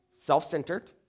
self-centered